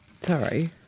Sorry